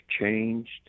changed